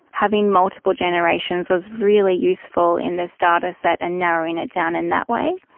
having multiple generations was really useful in the starter set and narrowing it down in that way.